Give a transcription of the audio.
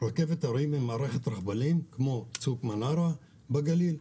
רכבת הרים עם מערכת רכבלים כמו צוק מנרה בגליל.